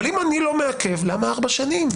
אבל אם אני לא מעכב, למה ארבע שנים?